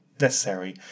necessary